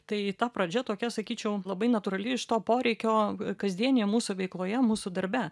tai ta pradžia tokia sakyčiau labai natūrali iš to poreikio kasdienėj mūsų veikloje mūsų darbe